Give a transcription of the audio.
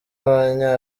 abanya